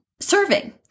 serving